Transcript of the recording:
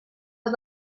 has